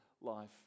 life